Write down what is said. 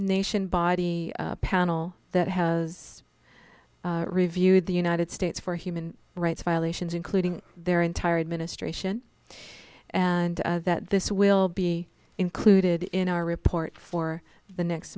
nation body panel that has reviewed the united states for human rights violations including their entire administration and that this will be included in our report for the next